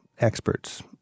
experts